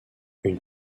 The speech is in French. une